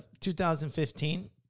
2015